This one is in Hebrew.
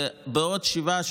ועוד שבעה,